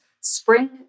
spring